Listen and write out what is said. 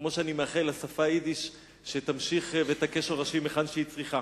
כמו שאני מאחל לשפת היידיש שתמשיך ותכה שורשים היכן שהיא צריכה.